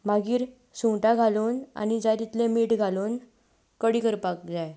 मागीर सुंगटां घालून आनी जाय तितलें मीठ घालून कडी करपाक जाय